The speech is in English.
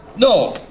no.